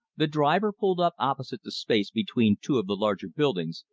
the driver pulled up opposite the space between two of the larger buildings,